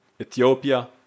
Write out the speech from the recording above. Ethiopia